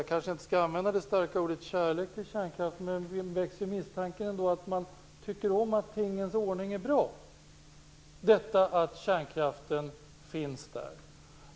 Jag kanske inte skall använda det starka uttrycket kärlek till kärnkraften, men misstanken växer att man tycker att det är bra att kärnkraften finns.